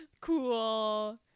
Cool